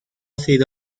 sido